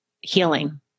healing